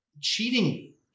cheating